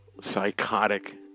psychotic